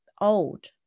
old